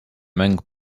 mäng